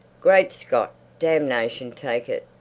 great scott! damnation take it!